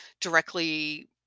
directly